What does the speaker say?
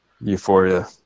euphoria